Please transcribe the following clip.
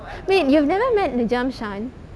wait you've never met mijum sham